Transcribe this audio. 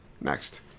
Next